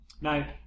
Now